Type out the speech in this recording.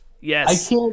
Yes